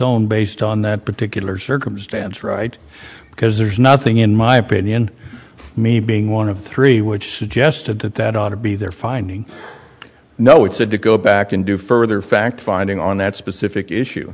own based on that particular circumstance right because there's nothing in my opinion me being one of three which suggested that that ought to be their finding no it said to go back and do further fact finding on that specific issue